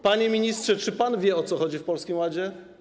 Panie ministrze, czy pan wie, o co chodzi w Polskim Ładzie?